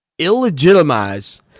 Illegitimize